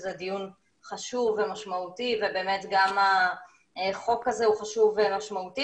שזה דיון חשוב ומשמעותי ובאמת גם החוק הזה הוא חשוב ומשמעותי